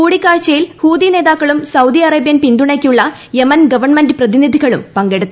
കൂടിക്കാഴ്ചയിൽ ഹൂതി നേതാക്കളും Saudi Arabian പിന്തുണയുള്ള യമൻ ഗവൺമെന്റ് പ്രതി നിധികളും പങ്കെടുത്തു